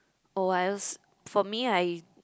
oh else for me I